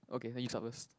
okay then you start first